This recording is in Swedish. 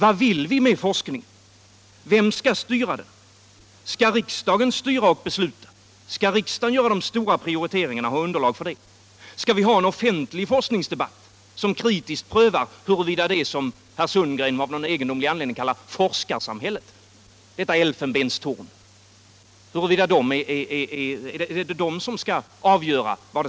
Vad vill vi med forskningen? Vem skall styra den? Skall riksdagen styra och besluta? Skall riksdagen göra de stora prioriteringarna och ha underlag för det? Eller skall vi ha en offentlig forskningsdebatt som kritiskt prövar vad det som herr Sundgren av någon egendomlig anledning kallar för forskarsamhället —- detta elfenbenstorn — skall forska i?